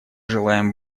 желаем